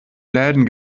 läden